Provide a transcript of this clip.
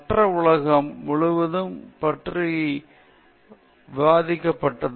மற்றும் உலகம் முழுவதும் இது பற்றி விவாதிக்கப்பட்டது